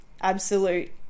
absolute